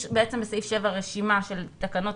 יש בסעיף 7 רשימה של תקנות.